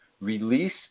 release